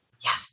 Yes